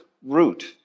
root